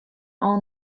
all